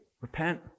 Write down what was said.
Repent